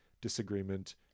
disagreement